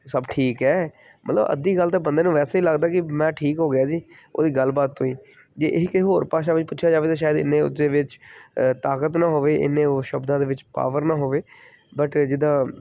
ਸਭ ਠੀਕ ਹੈ ਮਤਲਬ ਅੱਧੀ ਗੱਲ ਤਾਂ ਬੰਦੇ ਨੂੰ ਵੈਸੇ ਹੀ ਲੱਗਦਾ ਕਿ ਮੈਂ ਠੀਕ ਹੋ ਗਿਆ ਜੀ ਉਹਦੀ ਗੱਲਬਾਤ ਤੋਂ ਹੀ ਜੇ ਇਹ ਹੀ ਕਿਸੇ ਹੋਰ ਭਾਸ਼ਾ ਵਿੱਚ ਪੁੱਛਿਆ ਜਾਵੇ ਤਾਂ ਸ਼ਾਇਦ ਇੰਨੇ ਉਹਦੇ ਵਿੱਚ ਤਾਕਤ ਨਾ ਹੋਵੇ ਇੰਨੇ ਉਹ ਸ਼ਬਦਾਂ ਦੇ ਵਿੱਚ ਪਾਵਰ ਨਾ ਹੋਵੇ ਬਟ ਜਿੱਦਾਂ